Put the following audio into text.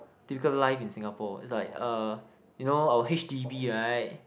typical life in Singapore it's like uh you know our h_d_b right